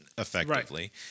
effectively